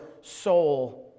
soul